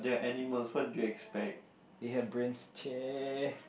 it had brains chey